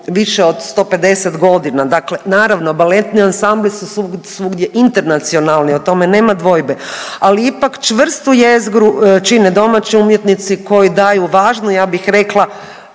višu od 150.g., dakle naravno baletni ansambli su svugdje internacionalni, o tome nema dvojbe, ali ipak čvrstu jezgru čine domaći umjetnici koji daju važnu ja bi rekla